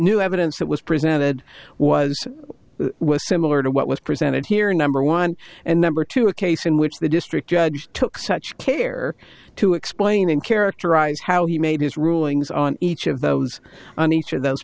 new evidence that was presented was similar to what was presented here are number one and number two a case in which the district judge took such care to explain in characterize how he made his rulings on each of those on each of those